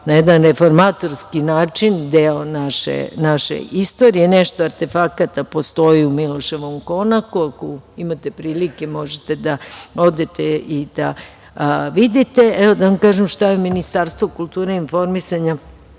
na jedan reformatorski način deo naše istorije. Nešto artefakata postoji u Miloševom konaku, ako imate prilike možete da odete i da vidite. Da vam kažem šta Ministarstvo kulture i informisanja